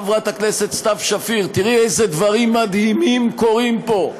חברת הכנסת סתיו שפיר: תראי איזה דברים מדהימים קורים פה,